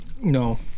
No